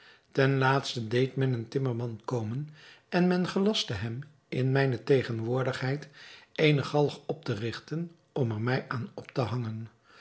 ten laatste deed men een timmerman komen en men gelastte hem in mijne tegenwoordigheid eene galg op te rigten om er mij aan op te hangen